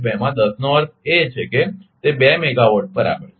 2 માં 10 નો અર્થ એ છે કે તે બે મેગાવાટ બરાબર છે